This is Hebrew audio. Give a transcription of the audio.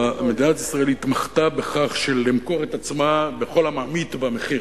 מדינת ישראל התמחתה בלמכור את עצמה לכל הממעיט במחיר,